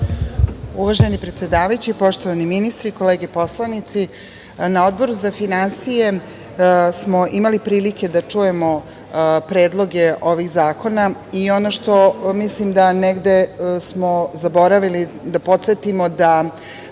Uvaženi predsedavajući, poštovani ministri, kolege poslanici, na Odboru za finansije smo imali prilike da čujemo predloge ovih zakona i ono što mislim da negde smo zaboravili da podsetimo da